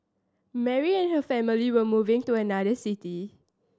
Mary and her family were moving to another city